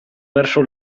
verso